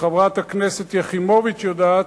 וחברת הכנסת יחימוביץ יודעת,